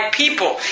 people